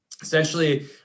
Essentially